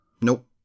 nope